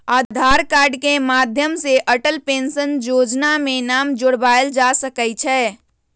आधार card के माध्यम से अटल पेंशन जोजना में नाम जोरबायल जा सकइ छै